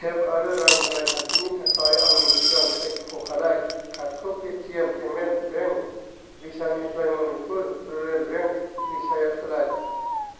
tape आरो रां होनाय खान्थिनि थाखाय आंनि सिगां सायख'खानाय कार्डखौ पेटिएम पेमेन्टस बेंक भिसानिफ्राय मणिपुर रुरेल बेंक भिसायाव सोलाय